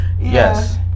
yes